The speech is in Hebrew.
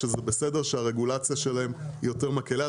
וזה בסדר שהרגולציה שלהם יותר מקלה.